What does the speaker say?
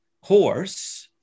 horse